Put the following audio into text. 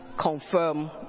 confirm